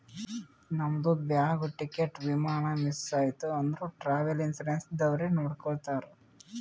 ನಮ್ದು bag, ticket, ವಿಮಾನ miss ಐಯ್ತ ಅಂದುರ್ ಟ್ರಾವೆಲ್ ಇನ್ಸೂರೆನ್ಸ್ ದವ್ರೆ ನೋಡ್ಕೊತ್ತಾರ್